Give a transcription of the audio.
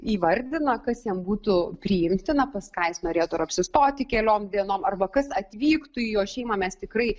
įvardina kas jam būtų priimtina pas ką jis norėtų ar apsistoti keliom dienom arba kas atvyktų į jo šeimą mes tikrai